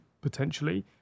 potentially